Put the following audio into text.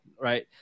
right